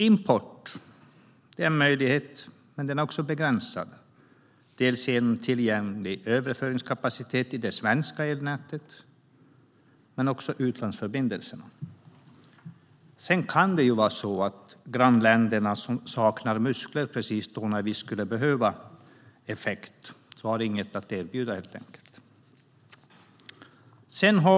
Import är en möjlighet, men den är begränsad av dels tillgänglig överföringskapacitet i det svenska elnätet, dels utlandsförbindelserna. Det kan också vara så att grannländerna saknar muskler just när vi behöver effekt. De har helt enkelt inget att erbjuda.